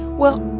well,